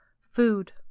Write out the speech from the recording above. Food